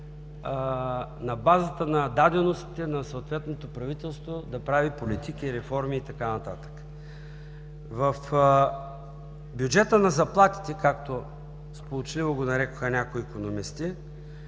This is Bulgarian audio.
на базата на даденостите на съответното правителство да прави политики и реформи и така нататък. В „бюджета на заплатите“, както сполучливо го нарекоха някои икономисти,